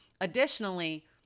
Additionally